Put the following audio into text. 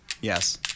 Yes